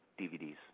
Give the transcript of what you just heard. DVDs